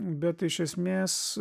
bet iš esmės